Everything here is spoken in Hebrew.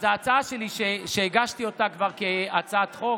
אז ההצעה שלי, שהגשתי אותה כבר כהצעת חוק